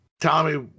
Tommy